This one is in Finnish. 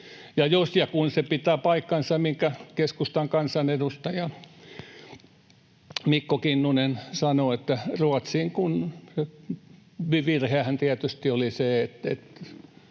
jos ja kun se pitää paikkansa, minkä keskustan kansanedustaja Mikko Kinnunen sanoi, että Ruotsiin tietyn ajan puitteissa